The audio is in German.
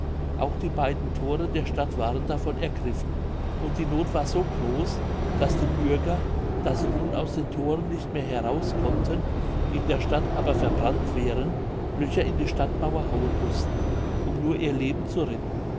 auch die beiden thore der stadt waren davon ergriffen und die noth war so groß daß die bürger da sie nun aus den thoren nicht mehr heraus konnten in der stadt aber verbrannt wären löcher in die stadtmauer hauen mußten um nur ihr leben zu retten